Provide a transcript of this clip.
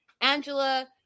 Angela